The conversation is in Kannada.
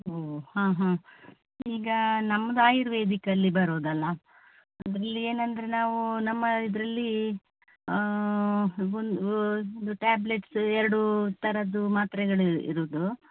ಹೋ ಹಾಂ ಹಾಂ ಈಗ ನಮ್ದು ಆಯುರ್ವೇದಿಕ್ ಅಲ್ಲಿ ಬರೋದಲ್ಲ ಇಲ್ಲಿ ಏನೆಂದ್ರೆ ನಾವೂ ನಮ್ಮ ಇದರಲ್ಲಿ ಒಂದು ಟ್ಯಾಬ್ಲೆಟ್ಸ್ ಎರಡೂ ಥರದ್ದು ಮಾತ್ರೆಗಳೇ ಇರೋದು